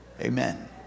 Amen